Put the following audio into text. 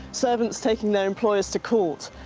servants taking their employers to court,